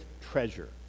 treasure